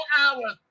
hours